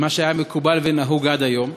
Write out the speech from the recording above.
ממה שהיה מקובל ונהוג עד היום,